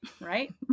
Right